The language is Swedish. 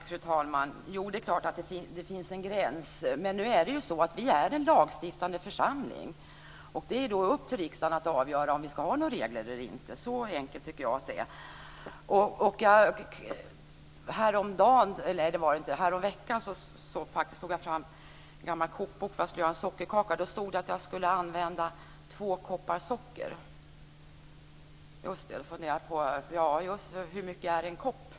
Fru talman! Det är klart att det finns en gräns. Men nu är det så att vi är en lagstiftande församling, och det är då riksdagen som avgör om vi ska ha några regler eller inte. Så enkelt tycker jag att det är. Häromveckan tog jag fram en gammal kokbok därför att jag skulle göra en sockerkaka. Då stod det att jag skulle använda två koppar socker. Då funderade jag på hur mycket en kopp är.